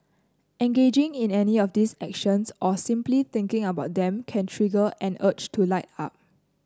engaging in any of these actions or simply thinking about them can trigger an urge to light up